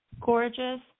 gorgeous